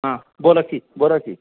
हां बोला की बोला की